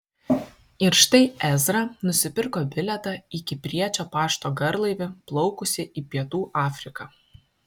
ir štai ezra nusipirko bilietą į kipriečio pašto garlaivį plaukusį į pietų afriką